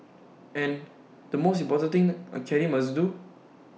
and the most important thing A caddie must do